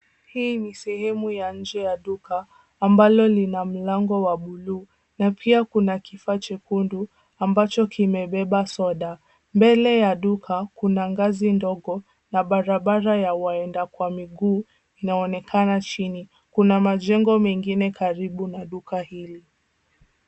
Hii ni sehemu ya nje ya duka ambalo lina mlango wa buluu na pia kuna kifaa chekundu ambacho kimebeba soda. Mbele ya duka kuna ngazi ndogo na barabara ya waenda kwa miguu inaonekana chini. Kuna majengo mengine kadhaa karibu na duka hili.